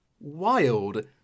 wild